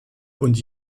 und